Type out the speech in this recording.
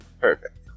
Perfect